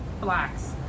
Blacks